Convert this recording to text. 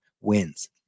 wins